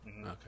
Okay